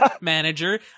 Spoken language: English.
manager